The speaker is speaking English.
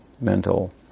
mental